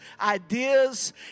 ideas